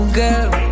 girl